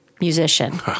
musician